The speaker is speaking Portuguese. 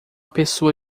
pessoa